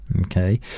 okay